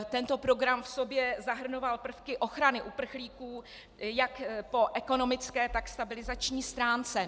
Tento program v sobě zahrnoval prvky ochrany uprchlíků jak po ekonomické, tak po stabilizační stránce.